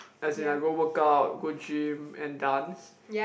as in I go work out go gym and dance